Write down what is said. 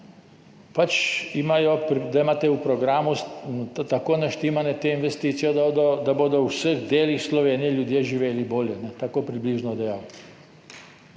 da pač imate v programu tako nastavljene te investicije, da bodo v vseh delih Slovenije ljudje živeli bolje. Tako približno je dejal.